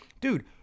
dude